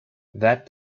that